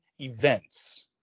events